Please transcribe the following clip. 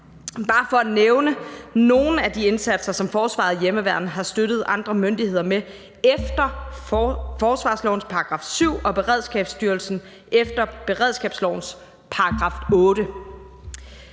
bare for at nævne nogle af de indsatser, som forsvaret og hjemmeværnet har støttet andre myndigheder med efter forsvarslovens § 7, og Beredskabsstyrelsen efter beredskablovens § 8.